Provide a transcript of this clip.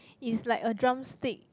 is like a drumstick